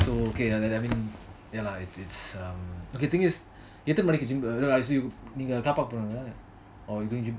okay the thing is எத்தனை மணிகி:eathana maniki or you going gym